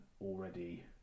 already